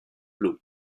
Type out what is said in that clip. blu